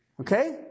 Okay